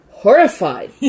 Horrified